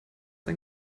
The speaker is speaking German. ein